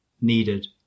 needed